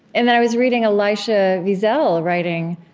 and then i was reading elisha wiesel, writing,